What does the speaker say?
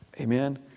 Amen